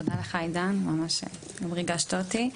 תודה רבה לך עידן, ממש ריגשת אותי.